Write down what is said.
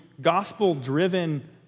gospel-driven